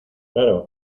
claro